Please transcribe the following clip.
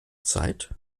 zeit